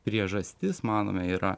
priežastis manome yra